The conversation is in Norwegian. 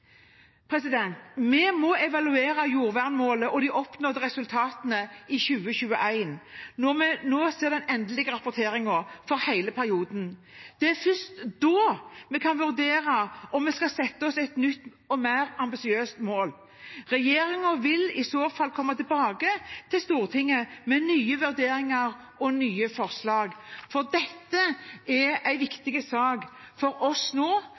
Vi må evaluere jordvernmålet og de oppnådde resultatene i 2021, når vi ser den endelige rapporteringen for hele perioden. Det er først da vi kan vurdere om vi skal sette oss et nytt og mer ambisiøst mål. Regjeringen vil i så fall komme tilbake til Stortinget med nye vurderinger og nye forslag. Dette er en viktig sak for oss nå,